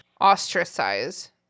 Ostracize